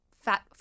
fat